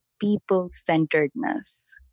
people-centeredness